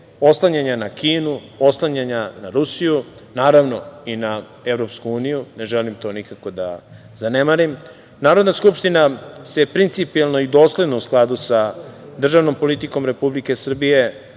oslanjanja na Kinu, oslanjanja na Rusiju, naravno i na EU, ne želim to nikako da zanemarim. Narodna skupština se principijelno i dosledno u skladu sa državnom politikom Republike Srbije